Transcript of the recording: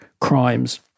crimes